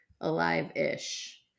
alive-ish